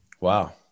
Wow